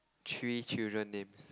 three children names